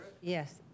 Yes